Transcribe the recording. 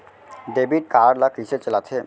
Debit card ला कइसे चलाते?